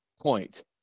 point